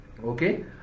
okay